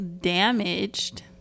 damaged